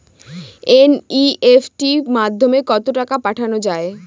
NEFT মাধ্যমে কত টাকা পাঠানো যায়?